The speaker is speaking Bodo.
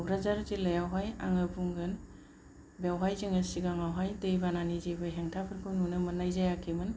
क'क्राझार जिल्लायावहाय आङो बुंगोन बेवहाय जोङो सिगाङाव दै बानानि जेबो हेंथाफोरखौ नुनो मोननाय जायाखैमोन